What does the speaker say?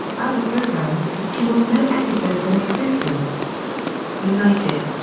other programmes have few or no episodes in existence united,